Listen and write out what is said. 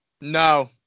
No